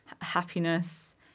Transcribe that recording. happiness